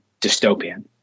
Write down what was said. dystopian